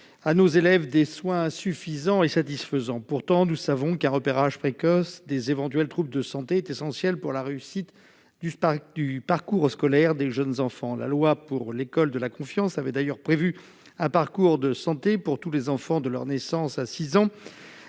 à nos élèves des soins suffisants et satisfaisants. Pourtant, nous savons qu'un repérage précoce des éventuels troubles de santé est essentiel pour la réussite du parcours scolaire des jeunes enfants. La loi pour une école de la confiance a d'ailleurs prévu, dès la rentrée scolaire 2020, un parcours de santé pour tous les enfants de leur naissance à 6 ans.